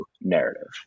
narrative